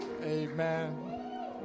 Amen